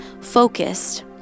focused